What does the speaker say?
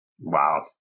Wow